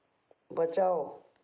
बचाओ